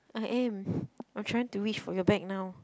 I am I'm trying to reach for your bag now